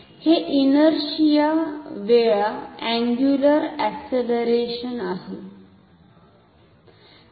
हे इनरशिआ वेळा angular acceleration आहे